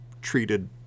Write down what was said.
treated